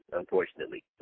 unfortunately